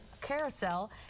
carousel